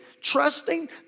trusting